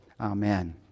Amen